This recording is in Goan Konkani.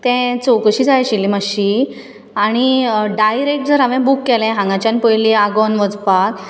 तें चवकशी जाय आशिल्ली मातशी आनी डायरॅक्ट जर हांवें बूक केलें हांगाच्यान पयलीं आगोन्द वचपाक